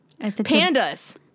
Pandas